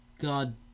God